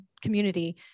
community